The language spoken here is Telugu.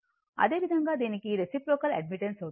అదేవిధంగా దీనికి రెసిప్రోకల్ అడ్మిటెన్స్ అవుతుంది